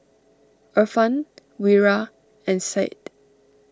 Irfan Wira and Syed